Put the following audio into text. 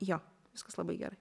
jo viskas labai gerai